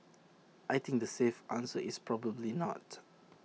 I think the safe answer is probably not